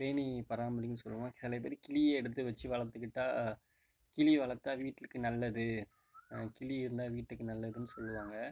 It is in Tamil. பேணி பராமரின்னு சொல்லுவோம் சில பேர் கிளியை எடுத்து வச்சு வளர்த்துக்கிட்டா கிளி வளர்த்தா வீட்டுக்கு நல்லது கிளி இருந்தால் வீட்டுக்கு நல்லதுன்னு சொல்லுவாங்க